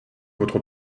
votre